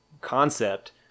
concept